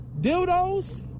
dildos